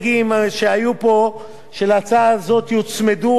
שלהצעה הזאת יוצמדו גמלאי המשטרה.